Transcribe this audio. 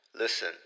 Listen